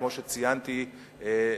כמו שציינתי,